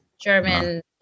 German